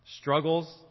struggles